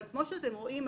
כמו שאתם רואים,